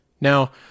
Now